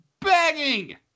begging